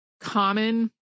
common